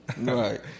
right